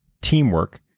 teamwork